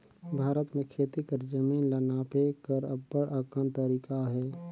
भारत में खेती कर जमीन ल नापे कर अब्बड़ अकन तरीका अहे